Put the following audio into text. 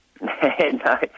No